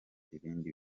ibindi